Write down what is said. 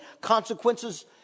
Consequences